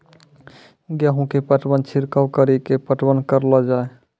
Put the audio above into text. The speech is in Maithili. गेहूँ के पटवन छिड़काव कड़ी के पटवन करलो जाय?